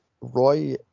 Roy